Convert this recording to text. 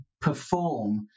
perform